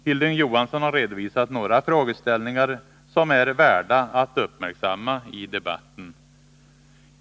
Hilding Johansson har redovisat några frågeställningar som är värda att uppmärksamma i debatten.